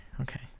okay